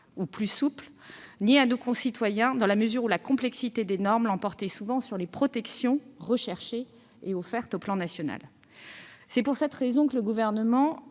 ou plus souple, ni à nos concitoyens, dans la mesure où la complexité des normes l'emportait souvent sur les protections offertes au plan national. C'est pour cette raison que le Gouvernement